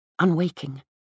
unwaking